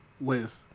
liz